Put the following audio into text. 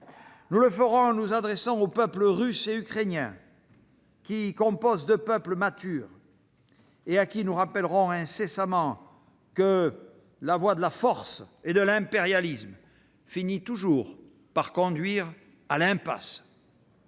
Nous le ferons, en nous adressant aux peuples russe et ukrainien, deux peuples matures auxquels nous rappellerons incessamment que la voie de la force et de l'impérialisme finit toujours par conduire à l'impasse.